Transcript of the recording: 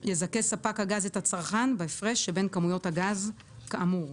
יזכה ספק הגז את הצרכן בהפרש שבין כמויות הגז כאמור."